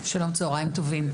שלום, צוהריים טובים.